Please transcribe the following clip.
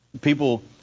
people